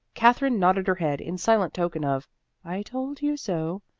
katherine nodded her head in silent token of i told you so,